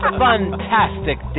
fantastic